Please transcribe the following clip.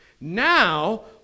now